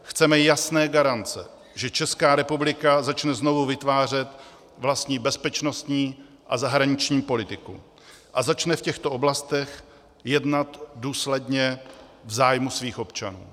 Chceme jasné garance, že Česká republika začne znovu vytvářet vlastní bezpečnostní a zahraniční politiku a začne v těchto oblastech jednat důsledně v zájmu svých občanů.